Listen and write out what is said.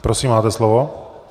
Prosím, máte slovo.